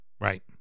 right